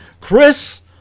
chris